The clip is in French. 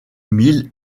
mille